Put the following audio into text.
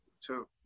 Two